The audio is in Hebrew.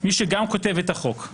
מי שגם כותב את החוק,